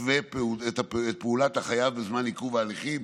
שתתווה את פעולת החייב בזמן עיכוב ההליכים,